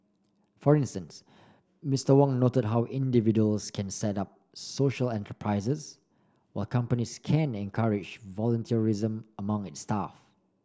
for instance Mister Wong noted how individuals can set up social enterprises while companies can encourage volunteerism among its staff